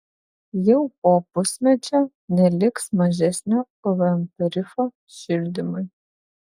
jau po pusmečio neliks mažesnio pvm tarifo šildymui